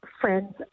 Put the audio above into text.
friend's